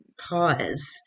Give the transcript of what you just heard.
pause